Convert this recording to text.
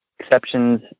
exceptions